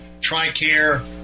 TRICARE